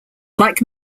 like